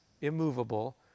immovable